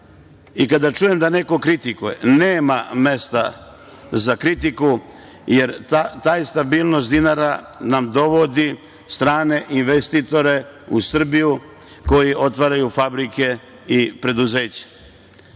i kada čujem da neko kritikuje, nema mesta za kritiku jer ta stabilnost dinara nam dovodi strane investitore u Srbiju koji otvaraju fabrike i preduzeća.